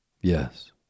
Yes